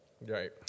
Right